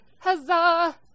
Huzzah